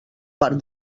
part